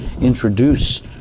introduce